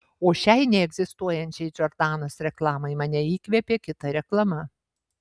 o šiai neegzistuojančiai džordanos reklamai mane įkvėpė kita reklama